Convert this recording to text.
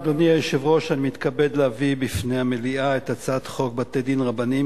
אנחנו עוברים לסעיף הבא בסדר-היום: הצעת חוק בתי-דין רבניים